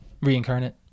Reincarnate